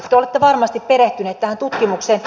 te olette varmasti perehtyneet tähän tutkimukseen